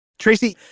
tracey.